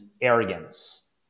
arrogance